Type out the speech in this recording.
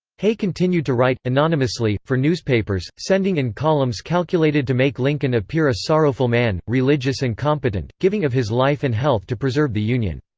hay continued to write, anonymously, for newspapers, sending in columns calculated to make lincoln appear a sorrowful man, religious and competent, giving of his life and health to preserve the union.